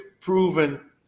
proven